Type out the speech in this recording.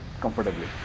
comfortably